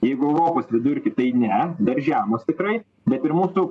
jeigu europos vidurkį tai ne dar žemos tikrai bet ir mūsų